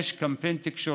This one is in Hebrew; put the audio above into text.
5. קמפיין תקשורת,